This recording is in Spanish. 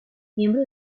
miembro